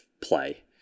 play